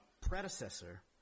predecessor